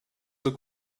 look